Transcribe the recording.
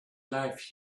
life